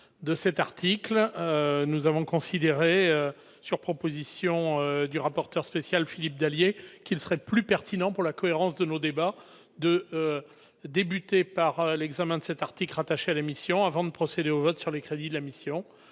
de cet article, nous avons considéré, sur proposition du rapporteur spécial Philippe Dallier qu'il serait plus pertinent pour la cohérence de nos débats de débuter par l'examen de cet article rattaché à l'émission avant de procéder au vote sur les crédits de la mission,